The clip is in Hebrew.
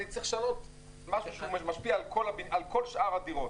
אני צריך לשנות משהו שמשפיע על כל שאר הדירות.